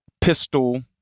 Pistol